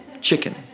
chicken